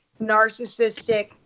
narcissistic